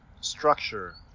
structure